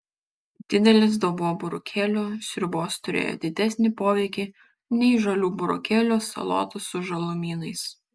didelis dubuo burokėlių sriubos turėjo didesnį poveikį nei žalių burokėlių salotos su žalumynais